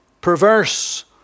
perverse